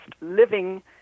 living